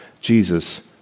Jesus